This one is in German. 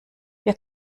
wir